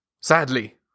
Sadly